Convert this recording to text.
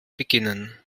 beginnen